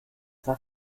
war